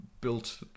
built